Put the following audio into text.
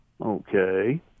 Okay